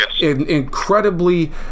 incredibly